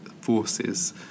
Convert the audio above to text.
forces